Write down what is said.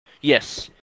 Yes